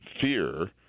fear